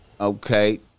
Okay